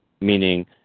meaning